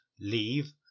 leave